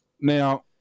Now